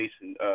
Jason